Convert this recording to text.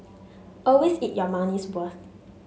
always eat your money's worth